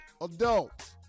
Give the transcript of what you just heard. adults